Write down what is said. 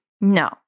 No